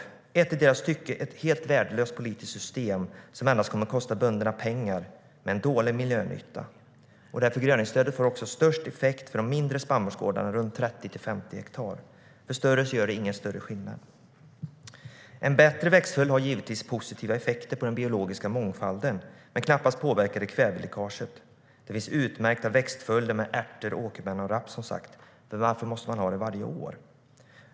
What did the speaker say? Detta är ett i deras tycke helt värdelöst politiskt system, som endast kommer att kosta bönderna pengar men ge dålig miljönytta. Förgröningsstödet får också störst effekt för de mindre spannmålsgårdarna runt 30-50 hektar. För större gårdar gör det ingen större skillnad. En bättre växtföljd har givetvis positiva effekter på den biologiska mångfalden men påverkar knappast kväveläckaget. Det finns utmärkta växtföljder med ärter, åkerbönor och raps. Men varför måste man ha det varje år?